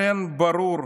לכן זה ברור.